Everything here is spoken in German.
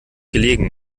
gelegen